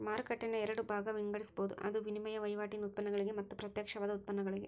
ಮಾರುಕಟ್ಟೆಯನ್ನ ಎರಡ ಭಾಗಾಗಿ ವಿಂಗಡಿಸ್ಬೊದ್, ಅದು ವಿನಿಮಯ ವಹಿವಾಟಿನ್ ಉತ್ಪನ್ನಗಳಿಗೆ ಮತ್ತ ಪ್ರತ್ಯಕ್ಷವಾದ ಉತ್ಪನ್ನಗಳಿಗೆ